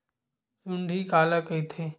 सुंडी काला कइथे?